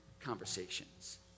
conversations